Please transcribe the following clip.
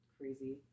crazy